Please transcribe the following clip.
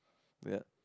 ya